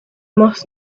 must